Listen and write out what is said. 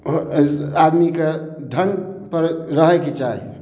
आदमीके ढङ्गपर रहयके चाही